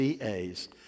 CAs